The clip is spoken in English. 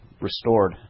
restored